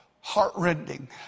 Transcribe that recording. heartrending